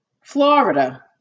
Florida